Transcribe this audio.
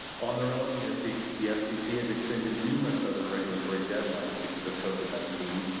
on their own, the fcc the fcc has extended numerous other regulatory deadlines because of covid nineteen,